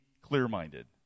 clear-minded